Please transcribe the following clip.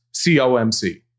C-O-M-C